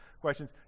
questions